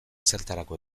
zertarako